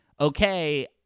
okay